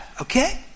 okay